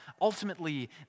ultimately